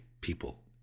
people